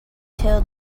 till